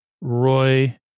Roy